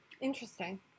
interesting